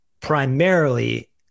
primarily